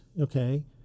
okay